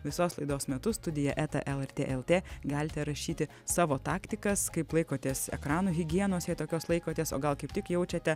visos laidos metu studija eta lrt lt galite rašyti savo taktikas kaip laikotės ekranų higienos jei tokios laikotės o gal kaip tik jaučiate